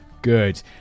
good